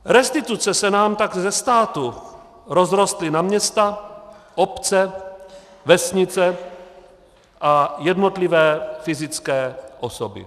Restituce se nám tak ze státu rozrostly na města, obce, vesnice a jednotlivé fyzické osoby.